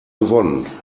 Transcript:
gewonnen